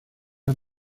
pas